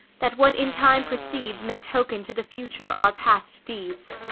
that what in time proceeds may token to the future our past deeds.